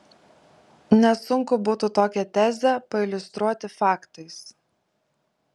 nesunku būtų tokią tezę pailiustruoti faktais